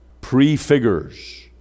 prefigures